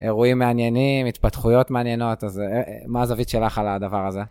אירועים מעניינים, התפתחויות מעניינות, אז מה הזווית שלך על הדבר הזה?